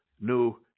New